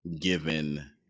given